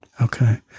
Okay